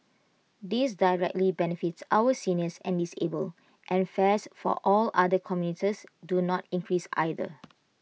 this directly benefits our seniors and disabled and fares for all other commuters do not increase either